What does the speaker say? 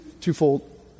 twofold